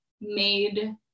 made